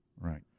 Right